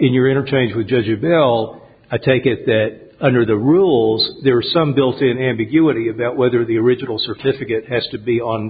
in your interchange we judge you bill i take it that under the rules there are some built in ambiguity about whether the original certificate has to be on